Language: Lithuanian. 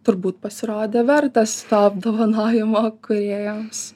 turbūt pasirodė vertas apdovanojimo kūrėjams